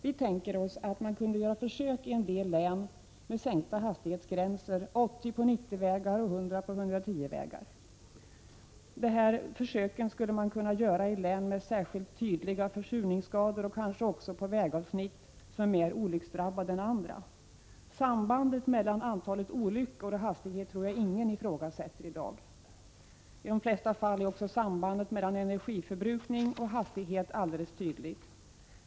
Vi tänker oss att man kunde göra försök i en del län med sänkta hastighetsgränser: 80 km timme på 110-vägar. De försöken skulle man kunna göra i en del län med särskilt tydliga försurningsskador och kanske också på vägavsnitt som är mer olycksdrabbade än andra. Sambandet mellan antalet olyckor och hastigheten tror jag ingen ifrågasätter i dag. I de flesta fall är också sambandet mellan energiförbrukning och hastighet alldeles tydlig.